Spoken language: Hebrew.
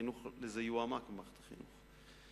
וזה יועמק במערכת החינוך.